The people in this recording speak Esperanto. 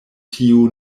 tiu